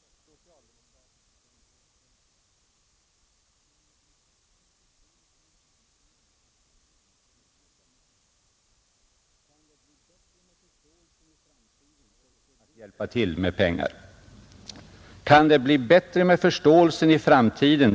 När dessa i sin tur ställs inför samma problem får löntagarna och nu även näringslivet och den borgerliga pressen bara order att hjälpa till med pengar. Kan det i framtiden bli bättre med förståelsen